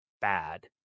bad